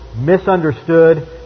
misunderstood